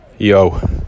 Yo